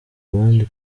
abandi